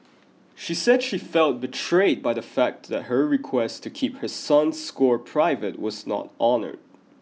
she said she felt betrayed by the fact that her request to keep her son's score private was not honoured